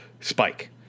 Spike